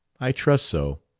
i trust so.